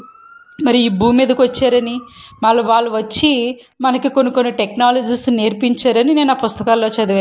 మరి ఈ భూమి మీదకి వచ్చారని మళ్ళీ వాళ్ళు వచ్చి మనకి కొన్ని టెక్నాలజీస్ నేర్పించారని నేను ఆ పుస్తకాలలో చదివాను